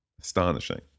Astonishing